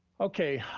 okay,